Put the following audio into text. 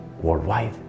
worldwide